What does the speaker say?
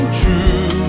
true